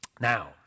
Now